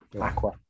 Aqua